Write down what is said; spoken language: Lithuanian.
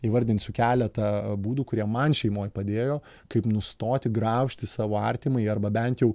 įvardinsiu keletą būdų kurie man šeimoj padėjo kaip nustoti graužti savo artimąjį arba bent jau